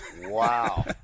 wow